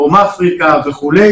דרום אפריקה וכו'.